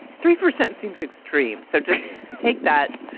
three percent seems extreme. so just take that,